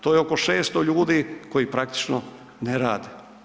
To je oko 600 ljudi koji praktično ne rade.